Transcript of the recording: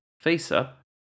face-up